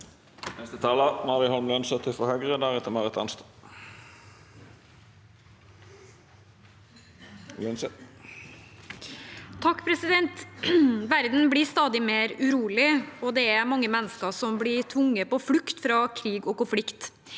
(H) Verden blir sta- dig mer urolig, og det er mange mennesker som blir tvunget på flukt fra krig og konflikt.